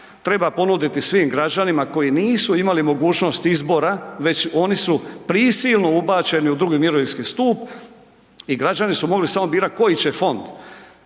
treba ponuditi svim građanima koji nisu imali mogućnost izbora, već oni su prisilno ubačeni u II. mirovinski stup i građani su mogli samo birati koji će fond.